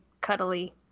cuddly